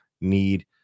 need